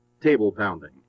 table-pounding